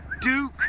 Duke